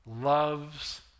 loves